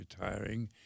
retiring